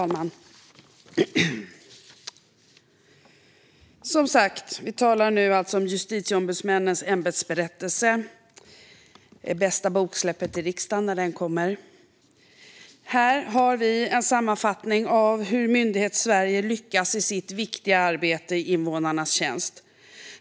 Herr talman! Vi talar som sagt om Justitieombudsmännens ämbetsberättelse , som är bästa boksläppet i riksdagen när den kommer. Här får vi en sammanfattning av hur Myndighetssverige lyckas i sitt viktiga arbete i invånarnas tjänst.